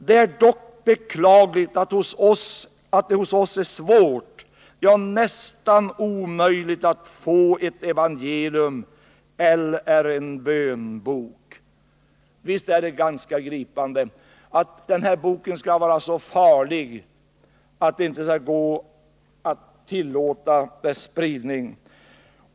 Det är dock beklagligt, att det hos oss är svårt, ja, nästan omöjligt, att få ett evangelium eller en bönbok ——-=-.” Visst är det ganska gripande att denna bok skall vara så farlig att det inte skall gå att tillåta dess spridning.